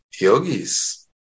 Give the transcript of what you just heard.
yogis